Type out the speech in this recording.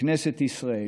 לכנסת ישראל,